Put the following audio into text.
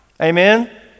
Amen